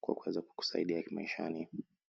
kwa kuweza kukusaidia maishani.